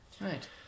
Right